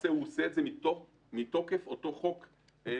למעשה, הוא עושה את זה מתוקף אותו חוק מ-1951.